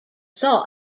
saw